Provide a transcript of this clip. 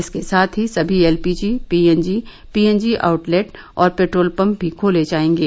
इसके साथ ही सभी एलपीजी पीएनजी पीएनजी आउटलेट और पेट्रोल पंप भी खोले जाएंगे